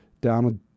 Donald